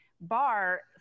bar